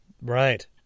right